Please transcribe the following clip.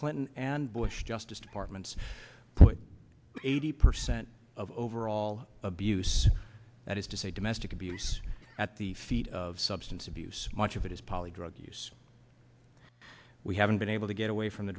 clinton and bush justice departments put eighty percent of overall abuse that is to say domestic abuse at the feet of substance abuse much of it is poly drug use we haven't been able to get away from the